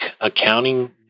accounting